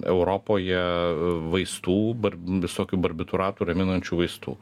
europoje vaistų visokių barbituratų raminančių vaistų